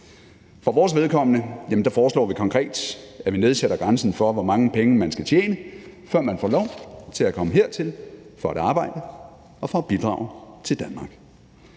For vores vedkommende, jamen der foreslår vi konkret, at vi nedsætter grænsen for, hvor mange penge man skal tjene, før man får lov til at komme hertil for at arbejde og for at bidrage til Danmark.